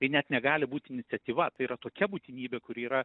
tai net negali būti iniciatyva tai yra tokia būtinybė kuri yra